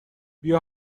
بیا